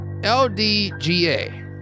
LDGA